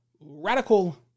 radical